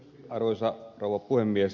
arvoisa rouva puhemies